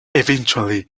eventually